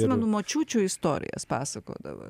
prisimenu močiučių istorijas pasakodavo